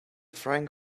frying